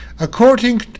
According